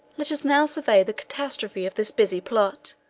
let us now survey the catastrophe of this busy plot,